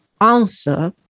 answer